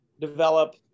develop